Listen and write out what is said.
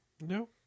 No